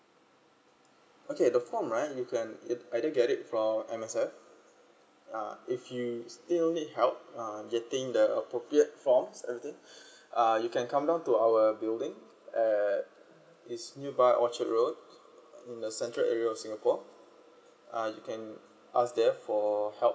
okay the form right you can either get it from M_S_F uh if you still need help uh getting the appropriate forms everything uh you can come down to our building at it's nearby orchard road the central area of singapore uh you can ask there for help